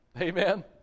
Amen